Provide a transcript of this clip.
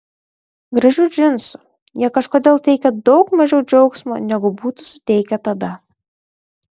gražių džinsų jie kažkodėl teikia daug mažiau džiaugsmo negu būtų suteikę tada